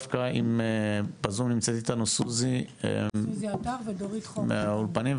בזום נמצאת אתנו סוזי עטר מהאולפנים,